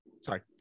Sorry